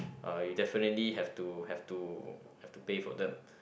uh you definitely have to have to have to pay for them